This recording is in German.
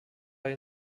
bei